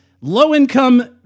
low-income